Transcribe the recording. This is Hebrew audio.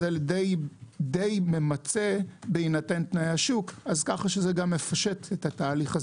זה די ממצה בהינתן תנאי השוק כך שזה גם מפשט את התהליך.